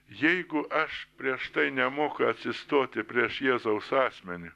jeigu aš prieš tai nemoka atsistoti prieš jėzaus asmenį